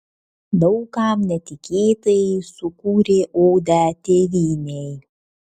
daug kam netikėtai sukūrė odę tėvynei